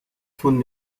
von